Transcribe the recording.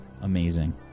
Amazing